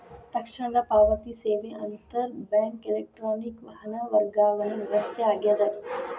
ತಕ್ಷಣದ ಪಾವತಿ ಸೇವೆ ಅಂತರ್ ಬ್ಯಾಂಕ್ ಎಲೆಕ್ಟ್ರಾನಿಕ್ ಹಣ ವರ್ಗಾವಣೆ ವ್ಯವಸ್ಥೆ ಆಗ್ಯದ